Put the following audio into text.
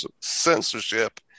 censorship